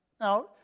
Now